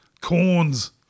corns